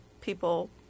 people